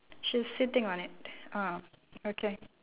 she's sitting on it ah okay